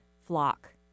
Flock